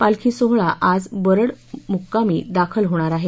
पालखी सोहळा आज बरड म्क्कामी दाखल होणार आहे